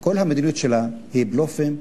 שכל המדיניות שלה היא בלופים,